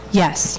yes